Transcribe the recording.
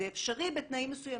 זה אפשרי בתנאים מסוימים.